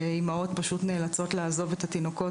שאימהות פשוט נאלצות לעזוב את התינוקות